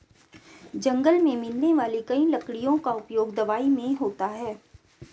जंगल मे मिलने वाली कई लकड़ियों का उपयोग दवाई मे होता है